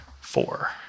four